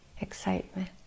excitement